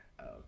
Okay